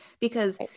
because-